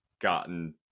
gotten